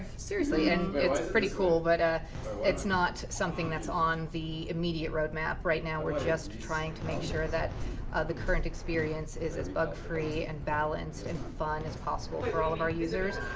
seriously. and it's it's pretty cool. but it's not something that's on the immediate roadmap. right now, we're just trying to make sure that the current experience is as bug-free and balanced and fun as possible for all of our users.